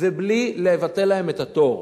בלי לבטל להם את התור.